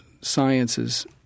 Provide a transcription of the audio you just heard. science's